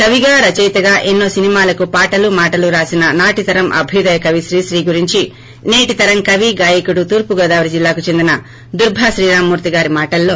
కవిగా రచయితగా ఎన్నో సినిమాలకు పాటలు మాటలు రాసిన నాటితరం అభ్యుదయ కవి శ్రీశ్రీ గురించి సేటి తరం కవి గాయకుడు తూర్పు గోదావరి జిల్లాకు చెందిన దుర్బ శ్రీరామ్మూర్తి గారి మాటల్లో